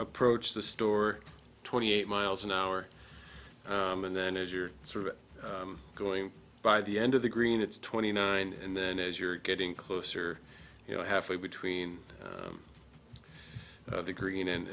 approached the store twenty eight miles an hour and then as you're sort of going by the end of the green it's twenty nine and then as you're getting closer you know halfway between the green and